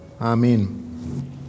Amen